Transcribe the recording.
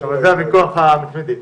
של קבוצת יהדות